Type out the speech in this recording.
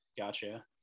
Gotcha